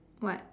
what